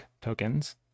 tokens